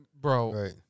Bro